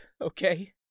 okay